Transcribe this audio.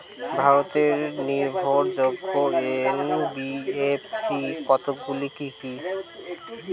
ভারতের নির্ভরযোগ্য এন.বি.এফ.সি কতগুলি কি কি?